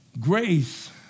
Grace